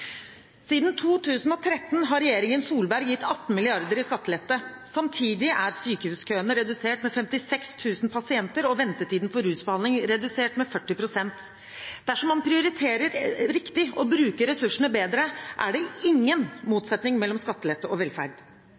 Siden 2013 har regjeringen Solberg gitt 18 mrd. kr i skattelette. Samtidig er sykehuskøene redusert med 56 000 pasienter og ventetiden for rusbehandling redusert med 40 pst. Dersom man prioriterer riktig og bruker ressursene bedre, er det ingen motsetning mellom skattelette og velferd.